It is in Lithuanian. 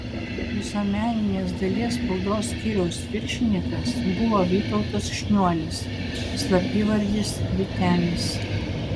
visuomeninės dalies spaudos skyriaus viršininkas buvo vytautas šniuolis slapyvardis vytenis